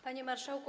Panie Marszałku!